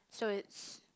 so it's